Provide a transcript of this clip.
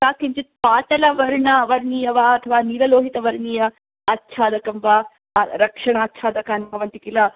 सा किञ्चित् पाटलवर्ण वर्णीय वा अथवा नीललोहितवर्णीय आच्छादकं वा रक्षणाच्छादकान् भवन्ति किल